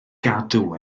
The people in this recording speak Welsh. gadw